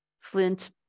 flint